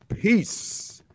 Peace